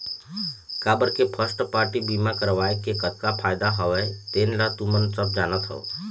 काबर के first party बीमा करवाय के कतका फायदा हवय तेन ल तुमन सब जानत हव